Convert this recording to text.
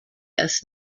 erst